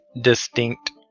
distinct